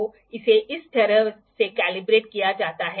तो इसे इस तरह से कैलिब्रेट किया जाता है